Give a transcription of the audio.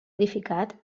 edificat